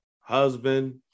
husband